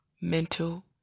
Mental